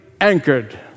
anchored